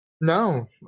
no